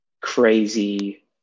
crazy